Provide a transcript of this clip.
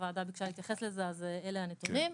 הוועדה ביקשה להתייחס לזה, אז אלה הנתונים.